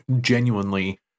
genuinely